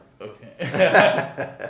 Okay